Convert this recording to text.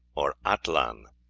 or atlan.